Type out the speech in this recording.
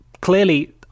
clearly